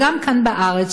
וגם כאן בארץ,